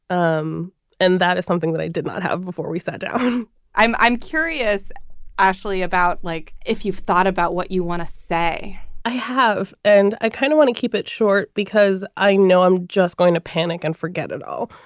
um and that is something that i did not have before we sat down i'm i'm curious about like if you've thought about what you want to say i have. and i kind of want to keep it short because i know i'm just going to panic and forget it all.